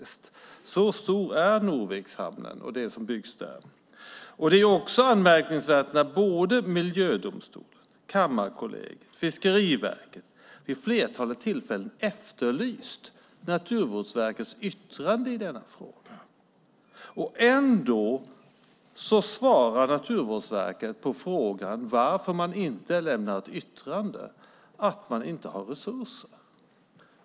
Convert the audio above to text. Så stor är Norvikshamnen och det som byggs där. Det är också anmärkningsvärt att såväl Miljödomstolen som Kammarkollegiet och Fiskeriverket vid ett flertal tillfällen efterlyst Naturvårdsverkets yttrande i denna fråga men att Naturvårdsverket ändå svarar på frågan varför man inte lämnar ett yttrande att man inte har resurser.